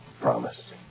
Promise